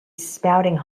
spouting